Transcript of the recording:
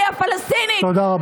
שלי, בזהות הפלסטינית שלי, תודה רבה.